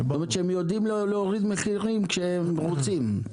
זאת אומרת הם יודעים להוריד מחירים כשהם רוצים.